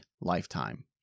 lifetime